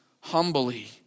humbly